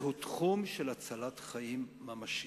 זהו תחום של הצלת חיים ממשית.